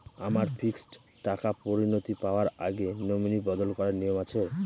আমার ফিক্সড টাকা পরিনতি পাওয়ার আগে নমিনি বদল করার নিয়ম আছে?